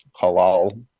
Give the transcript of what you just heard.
halal